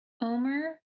omer